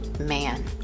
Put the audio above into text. man